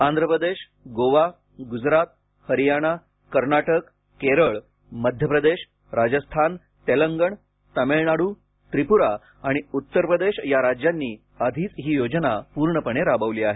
आंध्र प्रदेश गोवा गुजरात हरियाणा कर्नाटक केरळ मध्य प्रदेश राजस्थान तेलंगणा तामिळनाडू त्रिपुरा आणि उत्तर प्रदेश या राज्यांनी आधीच ही योजना पूर्णपणे राबवली आहे